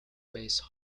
based